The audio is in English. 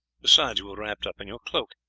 besides, you were wrapped up in your cloak.